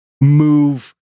move